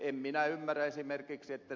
en minä ymmärrä esimerkiksi että